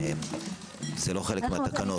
זה לא חלק מהתקנות.